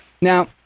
Now